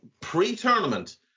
pre-tournament